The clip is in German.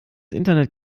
internet